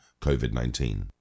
COVID-19